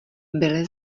byly